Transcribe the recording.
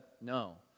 no